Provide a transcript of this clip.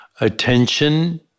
attention